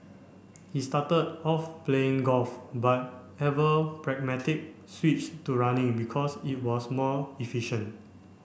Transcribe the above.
he started off playing golf but ever pragmatic switched to running because it was more efficient